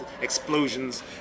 explosions